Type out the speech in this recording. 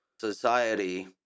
society